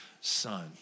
Son